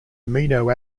amino